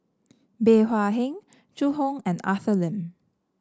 Bey Hua Heng Zhu Hong and Arthur Lim